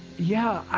yeah,